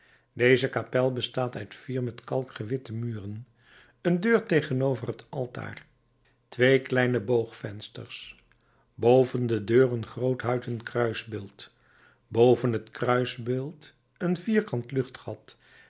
deze kapel bestaat uit vier met kalk gewitte muren een deur tegenover het altaar twee kleine boogvensters boven de deur een groot houten kruisbeeld boven het kruisbeeld een vierkant